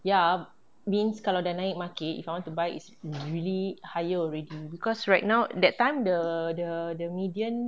ya means kalau dah naik market if I want to buy is really higher already right now that time the the the median